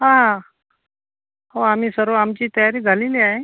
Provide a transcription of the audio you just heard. हां हो आम्ही सर्व आमची तयारी झालेली आहे